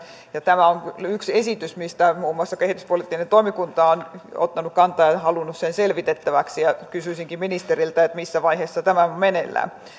tämä on yksi esitys mihin muun muassa kehityspoliittinen toimikunta on ottanut kantaa ja halunnut sen selvitettäväksi kysyisinkin ministeriltä missä vaiheessa tämä on meneillään